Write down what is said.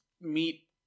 meet